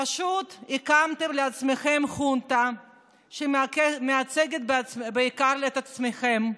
פשוט הקמתם לעצמכם חונטה שמייצגת בעיקר את עצמכם,